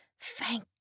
thank